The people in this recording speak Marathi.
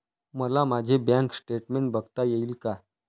मला माझे बँक स्टेटमेन्ट बघता येईल का?